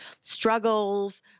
struggles